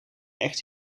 echt